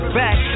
back